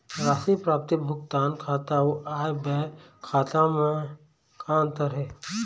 राशि प्राप्ति भुगतान खाता अऊ आय व्यय खाते म का अंतर हे?